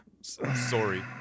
Sorry